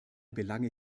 belange